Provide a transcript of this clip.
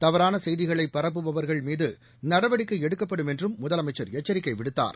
தவறான செய்திகளை பரப்புபவா்கள் மீது நடவடிக்கை எடுக்கப்படும் என்றும் முதலமைச்ச் எச்சரிக்கை விடுத்தார்